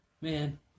man